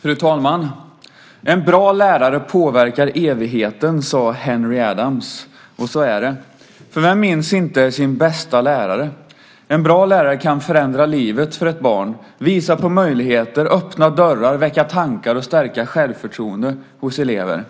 Fru talman! En bra lärare påverkar evigheten, sade Henry Adams. Och så är det. Vem minns inte sin bästa lärare? En bra lärare kan förändra livet för ett barn, visa på möjligheter, öppna dörrar, väcka tankar och stärka självförtroendet hos elever.